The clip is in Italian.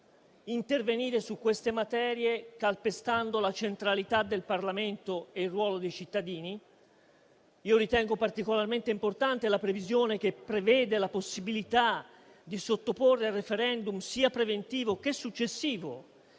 intervenire su queste materie calpestando la centralità del Parlamento e il ruolo dei cittadini. Ritengo particolarmente importante la previsione di sottoporre a *referendum*, sia preventivo sia successivo,